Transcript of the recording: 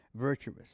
virtuous